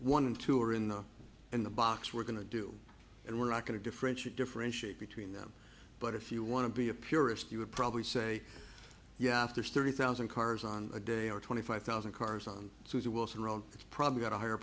one and two are in the in the box we're going to do and we're not going to differentiate differentiate between them but if you want to be a purist you would probably say yeah after thirty thousand cars on a day or twenty five thousand cars on the wilson road it's probably got a higher